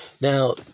Now